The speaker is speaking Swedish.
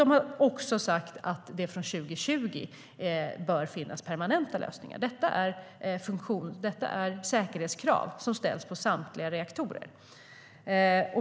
Den har också sagt att det från 2020 bör finnas permanenta lösningar. Detta är säkerhetskrav som ställs på samtliga reaktorer.